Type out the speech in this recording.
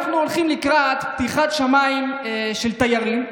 אנחנו הולכים לקראת פתיחת השמיים לתיירים,